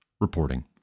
reporting